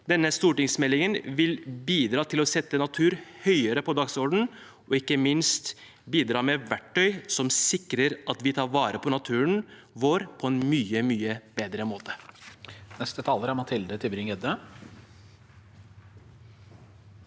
Denne stortingsmeldingen vil bidra til å sette natur høyere på dagsordenen og ikke minst bidra med verktøy som sikrer at vi tar vare på naturen vår på en mye, mye bedre måte. Mathilde Tybring-Gjedde